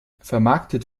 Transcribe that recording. vermarktet